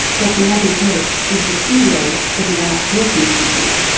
dr maggie haertsch is the ceo of the arts health institute,